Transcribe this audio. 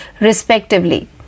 respectively